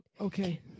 okay